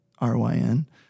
R-Y-N